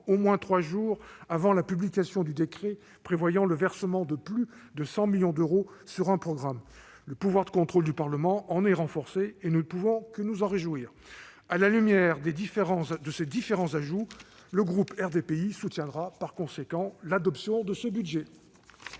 au moins trois jours avant la publication de tout décret prévoyant le versement de plus de 100 millions d'euros sur un programme. Le pouvoir de contrôle du Parlement en est renforcé, et nous ne pouvons que nous en réjouir. À la lumière de ces différents ajouts, le groupe RDPI soutiendra par conséquent l'adoption de ce collectif